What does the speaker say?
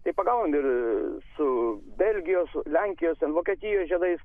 tai pagaunam ir su belgijos lenkijos ten vokietijos žiedais